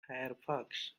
firefox